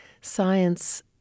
science